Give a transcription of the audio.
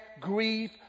grief